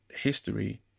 history